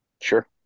Sure